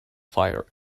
fire